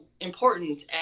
important